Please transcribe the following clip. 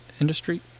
industry